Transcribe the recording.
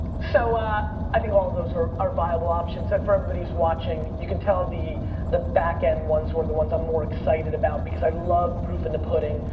so i think all of those are are viable options. and for everybody but who's watching, you can tell the the back-end ones were the ones i'm more excited about because i love proof in the pudding.